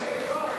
רבותי,